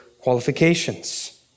qualifications